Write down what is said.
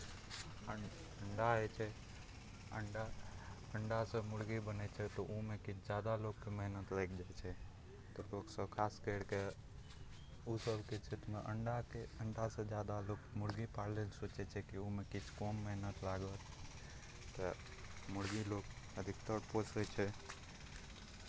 अण्डा जे छै अण्डा अण्डासँ मुर्गी बनै छै तऽ ओहिमे किछु ज्यादा लोककेँ मेहनत लागि जाइ छै तऽ लोकसभ खास करि कऽ ओ सभके क्षेत्रमे अण्डाके अण्डासँ ज्यादा लोक मुर्गी पालयके सोचै छै कि ओहिमे किछु कम मेहनत लागत तऽ मुर्गी लोक अधिकतर पोसै छै